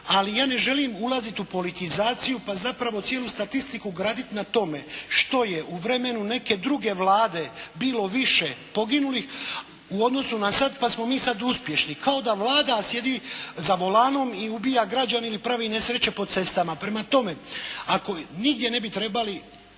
ali ja ne želim ulaziti u politizaciju pa zapravo cijelu statistiku graditi na tome što je u vremenu neke druge Vlade bilo više poginulih u odnosu na sada pa smo mi sada uspješni kao da Vlada sjedi za volanom i ubija građane ili pravi nesreće po cestama. Prema tome, ako nigdje ne bi trebali